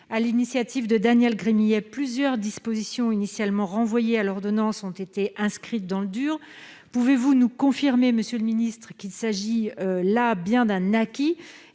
à l'initiative de Daniel Gremillet plusieurs dispositions initialement renvoyés à l'ordonnance ont été inscrites dans le dur, pouvez-vous nous confirmer, monsieur le Ministre, qu'il s'agit là bien d'un acquis